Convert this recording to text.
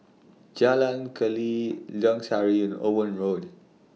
Jalan Keli Lorong Sari and Owen Road